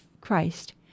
Christ